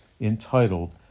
entitled